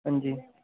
हंजी